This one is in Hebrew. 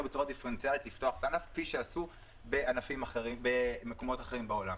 בצורה דיפרנציאלית לפתוח את הענף כפי שעשו במקומות אחרים בעולם.